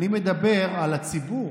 אני מדבר על הציבור,